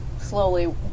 slowly